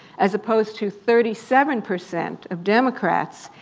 as opposed to thirty seven percent of democrats.